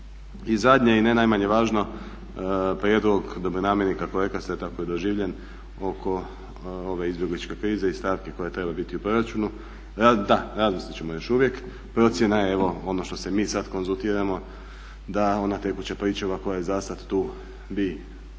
I zadnje i ne najmanje važno, prijedlog dobronamjerni kako rekoste, tako je doživljen, oko ove izbjegličke krize i stavki koje trebaju biti u proračunu. Da, razmislit ćemo još uvijek, procjena je evo ono što se mi sad konzultiramo, da ona tekuća pričuva koja je zasad tu bi